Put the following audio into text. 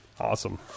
Awesome